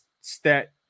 stat